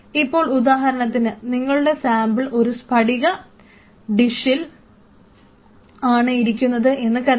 ഇപ്പോൾ ഉദാഹരണത്തിന് നിങ്ങളുടെ സാമ്പിൾ ഒരു സ്പടിക ഡിഷിൽ ആണ് ഇരിക്കുന്നത് എന്ന് കരുതുക